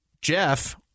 Jeff